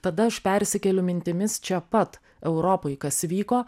tada aš persikeliu mintimis čia pat europoj kas vyko